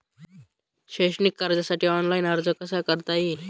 शैक्षणिक कर्जासाठी ऑनलाईन अर्ज कसा करता येईल?